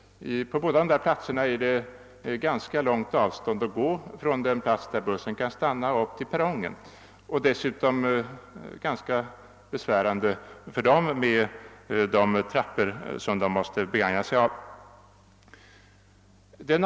På båda dessa platser är det ganska långt att gå från den plats där bussen kan stanna och till perrongen. Dessutom är det ganska besvärande med de trappor resenärerna måste begagna sig av.